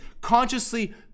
consciously